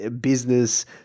business